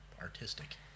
artistic